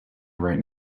right